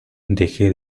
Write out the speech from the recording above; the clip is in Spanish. deje